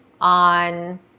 on